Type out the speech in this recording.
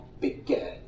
began